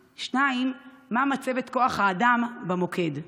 2. מה מצבת כוח האדם במוקד?